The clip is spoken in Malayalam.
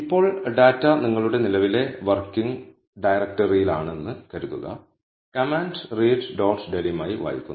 ഇപ്പോൾ ഡാറ്റ നിങ്ങളുടെ നിലവിലെ വർക്കിംഗ് ഡയറക്ടറിയിലാണെന്ന് കരുതുക കമാൻഡ് റീഡ് ഡോട്ട് ഡെലിം ആയി വായിക്കുന്നു